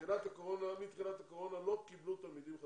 מתחילת הקורונה הם לא קיבלו תלמידים חדשים,